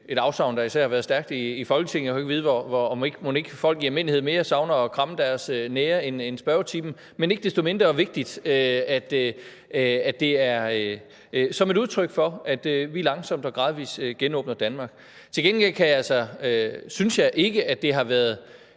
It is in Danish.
et afsavn, der især har været stærkt i Folketinget – mon ikke folk i almindelighed mere savner at kramme deres nære end spørgetimen – men ikke desto mindre er det vigtigt som et udtryk for, at vi langsomt og gradvis genåbner Danmark. Til gengæld synes jeg ikke, at det har været